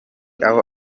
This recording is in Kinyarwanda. aho